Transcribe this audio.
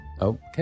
okay